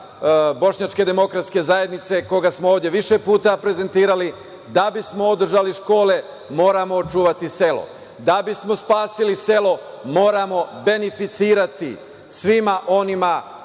Bošnjačke demokratske zajednice, koga smo ovde više puta prezentirali. Da bismo održali škole, moramo očuvati selo. Da bismo spasili selo, moramo benificirati svima onima,